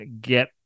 get